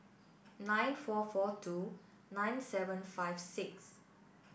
nine four four two nine seven five six